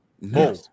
No